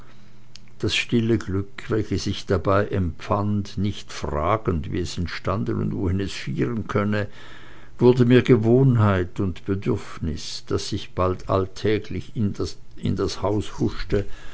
das stille glück welches ich dabei empfand nicht fragend wie es entstanden und wohin es führen könne wurde mir gewohnheit und bedürfnis daß ich bald täglich in das haus huschte